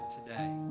today